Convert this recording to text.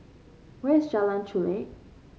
where is Jalan Chulek